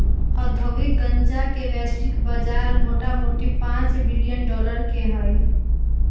औद्योगिक गन्जा के वैश्विक बजार मोटामोटी पांच बिलियन डॉलर के हइ